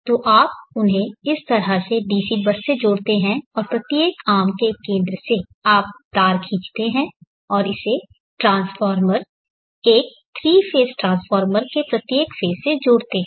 तो आप उन्हें इस तरह से डीसी बस से जोड़ते हैं और प्रत्येक आर्म के केंद्र से आप तार खींचते हैं और इसे ट्रांसफार्मर एक 3 फेज़ ट्रांसफार्मर के प्रत्येक फेज़ से जोड़ते हैं